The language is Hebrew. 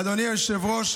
אדוני היושב-ראש,